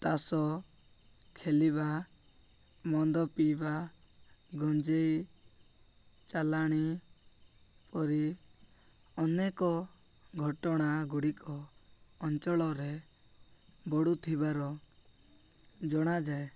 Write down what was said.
ତାସ୍ ଖେଳିବା ମଦ ପିଇବା ଗଞ୍ଜେଇ ଚାଲାଣ ପରି ଅନେକ ଘଟଣା ଗୁଡ଼ିକ ଅଞ୍ଚଳରେ ବଢ଼ୁଥିବାର ଜଣାଯାଏ